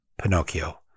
Pinocchio